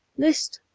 list!